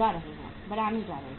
जा रहे हैं